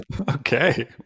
Okay